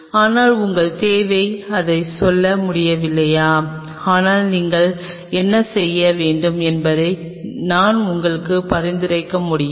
எனவே உங்கள் தேவைகள் அதைச் சொல்ல முடியவில்லையா ஆனால் நீங்கள் என்ன செய்ய வேண்டும் என்பதை நான் உங்களுக்கு பரிந்துரைக்க முடியும்